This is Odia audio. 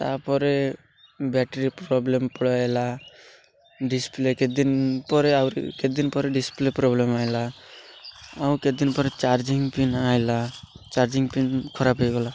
ତା'ପରେ ବ୍ୟାଟେରୀ ପ୍ରୋବ୍ଲେମ୍ ପଳେଇ ଆଇଲା ଡିସ୍ପ୍ଲେ କେତ ଦିନ ପରେ ଆହୁରି କେତେ ଦିନ ପରେ ଡିସ୍ପ୍ଲେ ପ୍ରୋବ୍ଲେମ୍ ଆଇଲା ଆଉ କେତ ଦିନ ପରେ ଚାର୍ଜିଂ ପିନ୍ ଆଇଲା ଚାର୍ଜିଂ ପିନ୍ ଖରାପ୍ ହେଇଗଲା